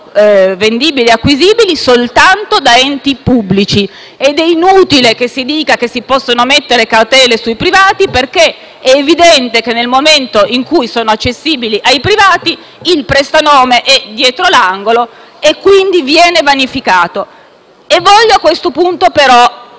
vendibili e acquisibili soltanto da enti pubblici. È inutile che si dica che si possono mettere cautele sui privati perché è evidente che, nel momento in cui sono accessibili ai privati, il prestanome è dietro l'angolo e quindi tutto ciò viene vanificato. Voglio a questo punto dire